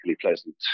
pleasant